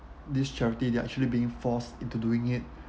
this charity they're actually being forced into doing it